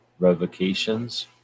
revocations